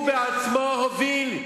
הוא בעצמו הוביל.